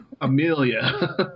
Amelia